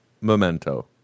Memento